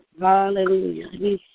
hallelujah